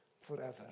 forever